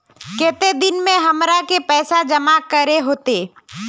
केते दिन में हमरा के पैसा जमा करे होते?